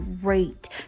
great